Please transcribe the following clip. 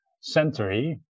century